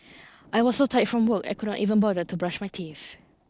I was so tired from work I could not even bother to brush my teeth